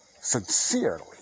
sincerely